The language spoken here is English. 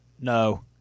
No